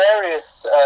various